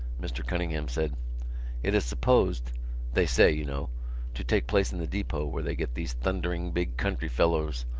mr. cunningham said it is supposed they say, you know to take place in the depot where they get these thundering big country fellows,